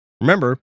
Remember